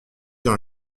dans